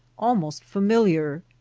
almost familiar.